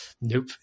nope